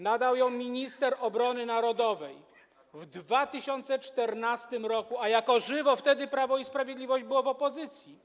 Nadał ją minister obrony narodowej w 2014 r., a jako żywo wtedy Prawo i Sprawiedliwość było w opozycji.